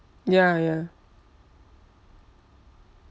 ya ya